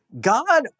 God